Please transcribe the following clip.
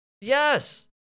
Yes